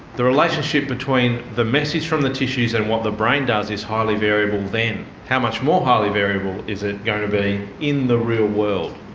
the relationship between the message from the tissues and what the brain does is highly variable then. how much more highly variable is it going to be in the real world.